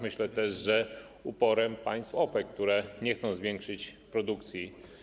Myślę, że też uporem państw OPEC, które nie chcą zwiększyć produkcji.